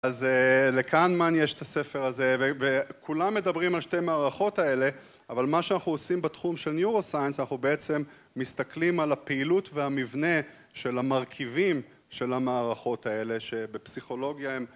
אז לכהנמן יש את הספר הזה, וכולם מדברים על שתי המערכות האלה, אבל מה שאנחנו עושים בתחום של Neuroscience, אנחנו בעצם מסתכלים על הפעילות והמבנה של המרכיבים של המערכות האלה שבפסיכולוגיה הם...